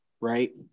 right